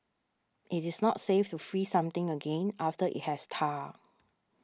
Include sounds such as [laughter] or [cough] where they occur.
it is not safe to freeze something again after it has [unintelligible]